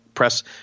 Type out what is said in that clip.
Press